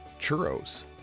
churros